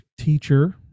teacher